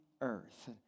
earth